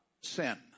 sin